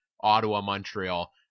Ottawa-Montreal